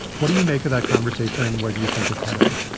what do you make of that conversation? where do you think it's headed?